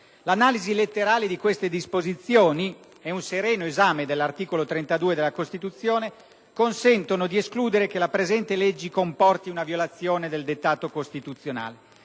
L'analisi letterale di queste disposizioni e un sereno esame dall'articolo 32 della Costituzione consentono di escludere che la presente legge comporti una violazione del dettato costituzionale.